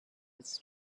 his